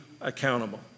accountable